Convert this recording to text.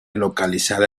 localizada